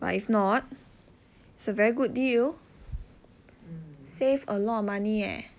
but if not it's a very good deal save a lot of money eh